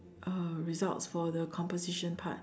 uh results for the composition part